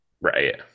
right